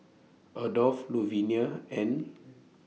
Adolf Luvenia and